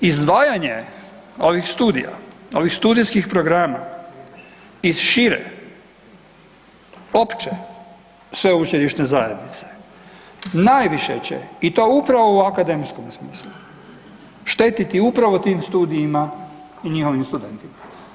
Izdvajanje ovih studija ovih studijskih programa iz šire opće sveučilišne zajednice, najviše će i to upravo u akademskom smislu štetiti upravo tim studijima i njihovim studentima.